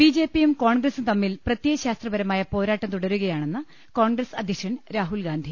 ബിജെപിയും കോൺഗ്രസും തമ്മിൽ പ്രത്യയശാസ്ത്രപര മായ പോരാട്ടം തുടരുകയാണെന്ന് കോൺഗ്രസ് അധ്യക്ഷൻ രാഹുൽഗാന്ധി